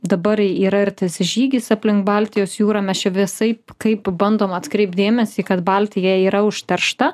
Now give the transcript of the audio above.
dabar yra ir tas žygis aplink baltijos jūrą mes čia visaip kaip bandom atkreipt dėmesį kad baltija yra užteršta